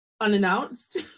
Unannounced